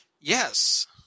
Yes